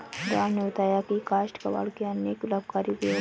राम ने बताया की काष्ठ कबाड़ के अनेक लाभकारी उपयोग हैं